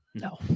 No